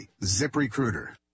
ZipRecruiter